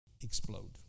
explode